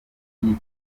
by’iyi